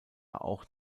auch